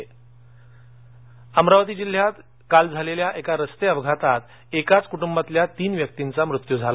अपघात अमरावती जिल्ह्यात काल झालेल्या एका रस्ते अपघातात एकाच कुटुंबातल्या तीन व्यक्तींचा मृत्यू झाला